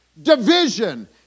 Division